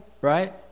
Right